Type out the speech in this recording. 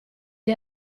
gli